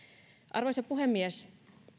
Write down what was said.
arvoisa puhemies